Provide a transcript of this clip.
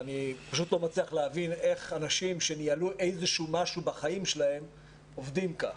אני פשוט לא מצליח להבין איך אנשים שניהלו איזה דבר בחייהם עובדים כך.